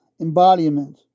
embodiment